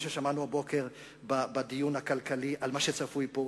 מה ששמענו הבוקר בדיון הכלכלי על מה שצפוי פה,